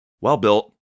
well-built